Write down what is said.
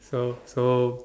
so so